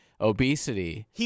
obesity